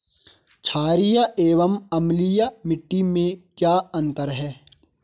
छारीय एवं अम्लीय मिट्टी में क्या अंतर है?